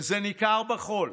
וזה ניכר בכול,